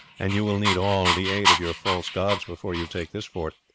and you will need all the aid of your false gods before you take this fort.